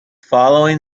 following